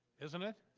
isn't it?